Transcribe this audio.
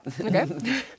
Okay